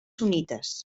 sunnites